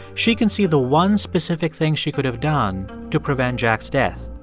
she can see the one specific thing she could have done to prevent jack's death.